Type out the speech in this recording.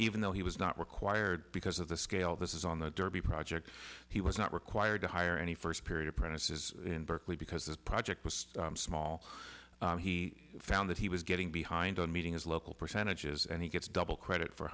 even though he was not required because of the scale this is on the derby project he was not required to hire any first period apprentices in berkeley because this project was small he found that he was getting behind on meeting his local percentages and he gets double credit for